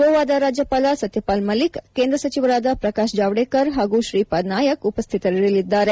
ಗೋವಾದ ರಾಜ್ಯಪಾಲ ಸತ್ಯಪಾಲ್ ಮಲ್ಲಿಕ್ ಕೇಂದ್ರ ಸಚಿವರಾದ ಪ್ರಕಾಶ್ ಜಾವ್ಡೇಕರ್ ಹಾಗೂ ಶ್ರೀಪಾದ್ ನಾಯಕ್ ಉಪಸ್ಥಿತರಿರಲಿದ್ದಾರೆ